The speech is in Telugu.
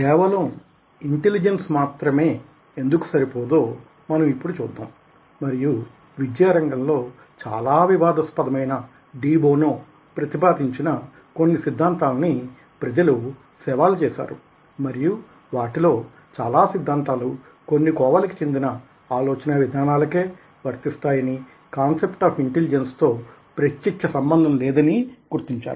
కేవలం ఇంటెలిజెన్స్ మాత్రమే ఎందుకు సరిపోదో మనం ఇప్పుడు చూద్దాం మరియు విద్యారంగంలో చాలా వివాదస్పదమైన డి బోనో ప్రతిపాదించిన కొన్ని సిద్దాంతాలని ప్రజలు సవాల్ చేసారు మరియు వాటిలో చాలా సిద్దాంతాలు కొన్ని కోవలకి చెందిన ఆలోచనావిధానాలకే వర్తిస్తాయనీ కాన్సెప్ట్ ఆఫ్ ఇంటెలిజెన్స్ తో ప్రత్యక్ష సంబంధం లేనివనీ గుర్తించారు